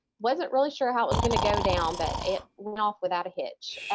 wasn't really sure how it was gonna go down but it went off without a hitch.